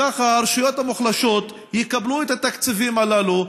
ככה הרשויות המוחלשות יקבלו את התקציבים הללו.